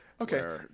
okay